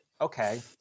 Okay